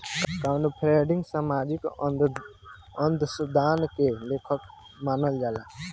crowdfunding सामाजिक अंशदान के लेखा मानल जाला